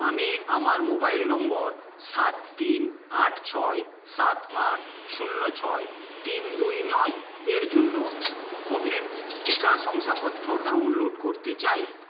আমি আমার mobile number সাত তিন আট ছয় সাত আট শূন্য ছয় তিন দুই নয়ের জন্য কোভিড টিকা শংসাপত্র ডাউনলোড করতে চাই